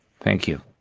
thank you